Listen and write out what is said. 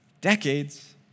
decades